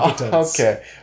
Okay